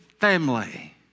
family